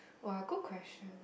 !wah! good question